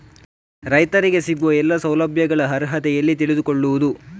ರೈತರಿಗೆ ಸಿಗುವ ಎಲ್ಲಾ ಸೌಲಭ್ಯಗಳ ಅರ್ಹತೆ ಎಲ್ಲಿ ತಿಳಿದುಕೊಳ್ಳಬಹುದು?